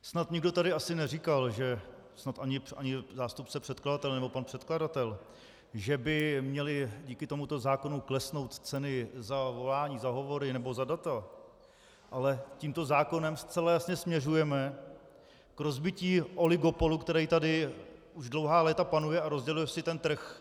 Snad nikdo tady asi neříkal, snad ani zástupce předkladatele nebo pan předkladatel, že by měly díky tomuto zákonu klesnout ceny za volání, za hovory nebo za data, ale tímto zákonem zcela jasně směřujeme k rozbití oligopolu, který tady už dlouhá léta panuje a rozděluje si ten trh.